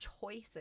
choices